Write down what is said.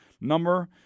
Number